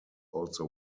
also